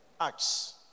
Acts